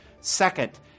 Second